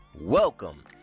Welcome